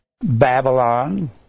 Babylon